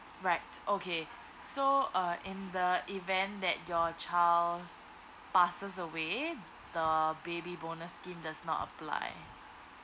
right okay so uh in the event that your child passes away the baby bonus scheme does not apply